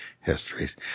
histories